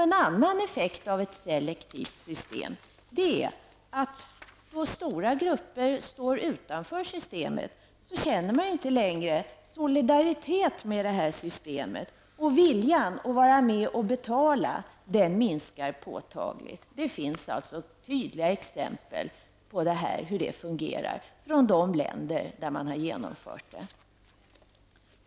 En annan effekt av ett selektivt system är att stora grupper som står utanför systemet inte längre känner solidaritet med systemet, och viljan att vara med och betala minskar då påtagligt. Det finns tydliga exempel på hur det fungerar från de länder där man har genomfört sådana system.